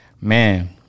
man